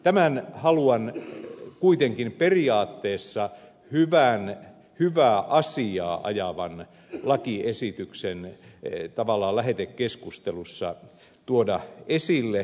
tämän haluan kuitenkin periaatteessa hyvän hyvää asiaa ajavan lakiesityksen lähetekeskustelussa tuoda esille